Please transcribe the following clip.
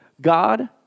God